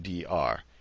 dr